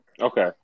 Okay